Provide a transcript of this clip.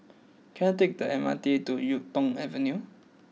can I take the M R T to Yuk Tong Avenue